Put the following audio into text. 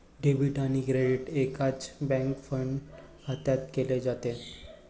debit आणि credit एकाच bank fund खात्यात केले जाते